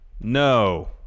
no